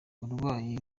uburwayi